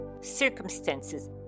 circumstances